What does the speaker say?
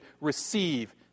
receive